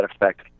effect